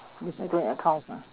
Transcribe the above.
beside doing accounts ah